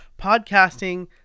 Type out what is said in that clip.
podcasting